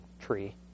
tree